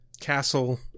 Castle